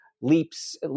Leaps